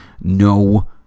No